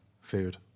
food